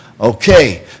Okay